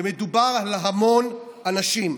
ומדובר על המון אנשים.